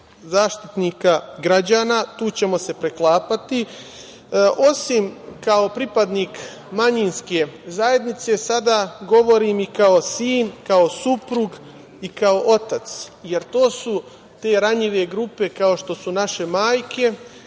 Zaštitnika građana, tu ćemo se preklapati, osim kao pripadnik manjinske zajednice, sada govorim i kao sin, kao suprug i kao otac, jer to su te ranjive grupe kao što su naše majke,